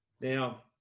Now